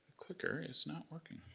clicker is not working.